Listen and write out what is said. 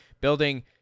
Building